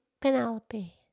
Penelope